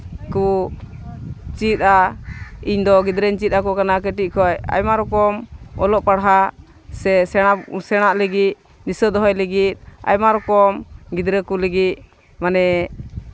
ᱠᱚ ᱪᱮᱫᱼᱟ ᱤᱧᱫᱚ ᱜᱤᱫᱽᱨᱟᱹᱧ ᱪᱮᱫ ᱟᱠᱚ ᱠᱟᱱᱟ ᱠᱟᱹᱴᱤᱡ ᱠᱷᱚᱡ ᱟᱭᱢᱟ ᱨᱚᱠᱚᱢ ᱚᱞᱚᱜ ᱯᱟᱲᱦᱟᱜ ᱥᱮ ᱥᱮᱬᱟᱜ ᱞᱟᱹᱜᱤᱫ ᱫᱤᱥᱟᱹ ᱫᱚᱦᱚᱭ ᱞᱟᱹᱜᱤᱫ ᱟᱭᱢᱟ ᱨᱚᱠᱚᱢ ᱜᱤᱫᱽᱨᱟᱹ ᱠᱚ ᱞᱟᱹᱜᱤᱫ ᱢᱟᱱᱮ